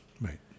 Right